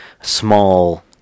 small